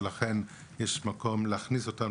ולכן יש מקום להכניס אותם.